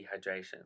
dehydration